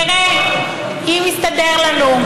נראה, אם יסתדר לנו.